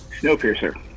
Snowpiercer